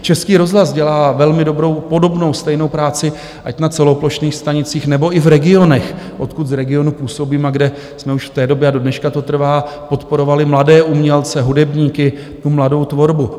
Český rozhlas dělá velmi dobrou podobnou, stejnou práci ať na celoplošných stanicích, nebo i v regionech, odkud z regionu působím a kde jsme už v té době, a dodneška to trvá, podporovali mladé umělce, hudebníky, tu mladou tvorbu.